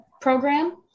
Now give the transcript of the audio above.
program